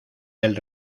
del